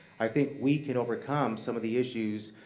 i think we can overcome some of the issues,